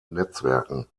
netzwerken